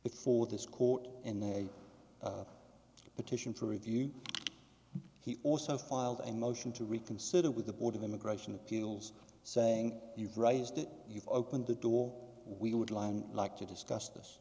before this court and then a petition for review he also filed a motion to reconsider with the board of immigration appeals saying you've raised it you've opened the door we would line like to discuss this